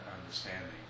understanding